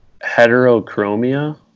Heterochromia